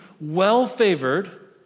well-favored